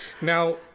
Now